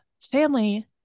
family